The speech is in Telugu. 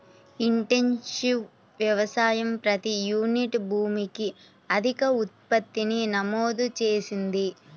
ఇంటెన్సివ్ వ్యవసాయం ప్రతి యూనిట్ భూమికి అధిక ఉత్పత్తిని నమోదు చేసింది